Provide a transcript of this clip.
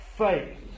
faith